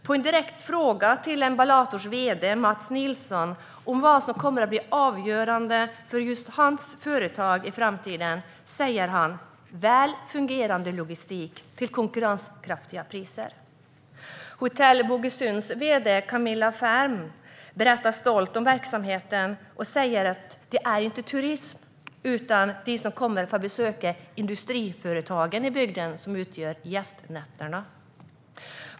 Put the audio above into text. På en direkt fråga till Emballators vd Mats Nilsson om vad som kommer att bli avgörande för just hans företag i framtiden svarar han: väl fungerande logistik till konkurrenskraftiga priser. Hotell Bogesunds vd Camilla Ferm berättar stolt om verksamheten och säger att det inte är turisterna utan de som besöker industriföretagen i bygden som står för gästnätterna.